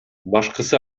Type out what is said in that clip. башкысы